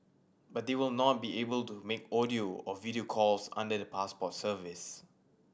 but they will not be able to make audio or video calls under the Passport service